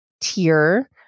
tier